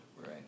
Right